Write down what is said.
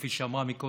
כפי שאמרה קודם